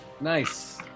Nice